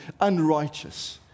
unrighteous